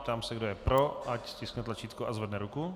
Ptám se, kdo je pro, ať stiskne tlačítko a zvedne ruku.